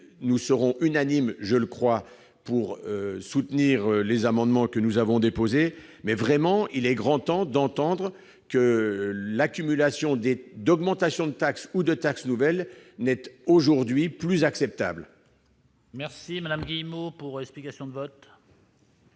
nous serons unanimes, je le crois, pour soutenir les amendements que nous avons déposés. Il est vraiment grand temps d'entendre que l'accumulation des augmentations de taxes ou de taxes nouvelles n'est aujourd'hui plus acceptable. La parole est à Mme Annie Guillemot, pour explication de vote.